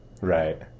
Right